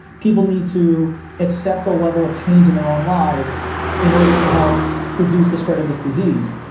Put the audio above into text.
people need to accept the level of change in their own lives in order to help reduce the spread of this disease.